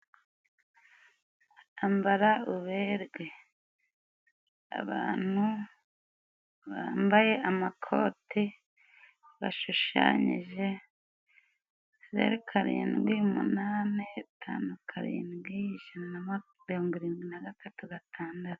Ambara uberwe! Abantu bambaye amakote, bashushanyije zeru karindwi umunani itanu karindwi ijana na mirongo irindwi na gatatu gatandatu.